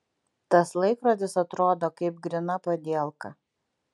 tas laikrodis atrodo kaip gryna padielka